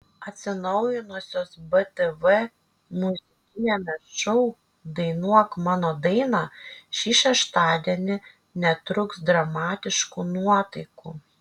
atsinaujinusios btv muzikiniame šou dainuok mano dainą šį šeštadienį netrūks dramatiškų nuotaikų